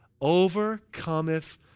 overcometh